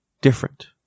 different